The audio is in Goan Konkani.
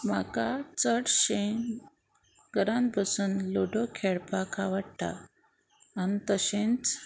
म्हाका चडशें घरान बसून लुडो खेळपाक आवडटा आनी तशेंच